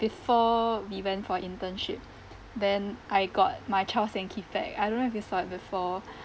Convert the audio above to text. before we went for internship then I got my Charles & Keith bag I don't know if you saw it before